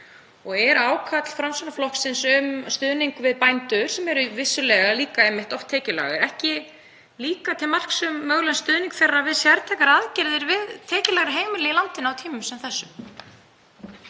Er ákall Framsóknarflokksins um stuðning við bændur, sem eru vissulega líka einmitt oft tekjulágir, ekki líka til marks um mögulegan stuðning þeirra við sértækar aðgerðir fyrir tekjulægri heimili í landinu á tímum sem þessum?